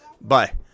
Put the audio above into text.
Bye